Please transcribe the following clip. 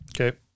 Okay